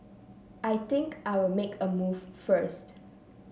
I think I'll make a move first